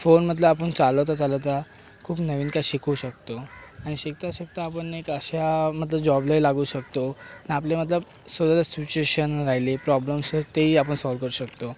फोनमधलं आपण चालवता चालवता खूप नवीन काही शिकू शकतो आणि शिकता शिकता आपण एक अशा मतलब जॉबलाही लागू शकतो आपले मतलब स्वतःचं सिचुएशन राह्यले प्रॉब्लेम्स आहेत तेही आपण सॉल्व करू शकतो